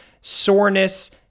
soreness